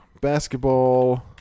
Basketball